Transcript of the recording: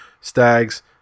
Stags